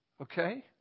Okay